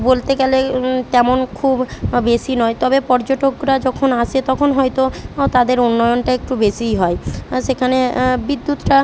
বলতে গেলে তেমন খুব বেশি নয় তবে পর্যটকরা যখন আসে তখন হয়তো ও তাদের উন্নয়নটা একটু বেশিই হয় সেখানে বিদ্যুৎটা